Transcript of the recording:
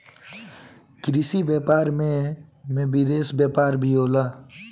कृषि व्यापार में में विदेशी बाजार भी होला